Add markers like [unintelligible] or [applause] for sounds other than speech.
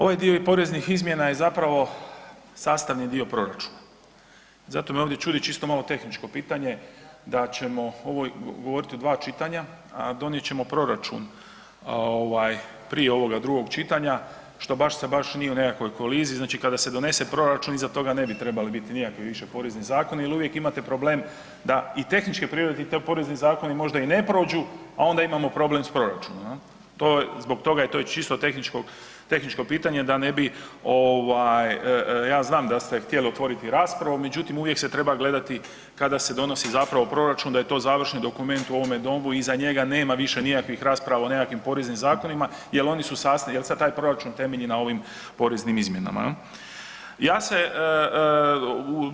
Ovaj dio i poreznih izmjena je zapravo sastavni dio proračuna, zato me ovdje čudi, čisto malo tehničko pitanje, da ćemo ovo govoriti u dva čitanja, a donijet ćemo proračun prije ovoga drugog čitanja, što baš ... [unintelligible] nije u nekoj koliziji, znači kada se donese proračun, iza toga ne bi trebali biti nikakvi više porezni zakoni jer uvijek imate problem da i tehničke prirode, ti porezni zakoni možda i ne prođu, a onda imamo problem s proračunom, to, zbog toga je to je čisto tehničko pitanje, da ne bi ovaj, ja znam da ste htjeli otvoriti raspravu, međutim, uvijek se treba gledati kada se donosi zapravo proračun, da je to završni dokument u ovome Domu, iza njega nema više nikakvih rasprava, o nekakvim poreznim zakonima jer oni su sastavni, jer se taj proračun temelji na ovim poreznim izmjenama, je li.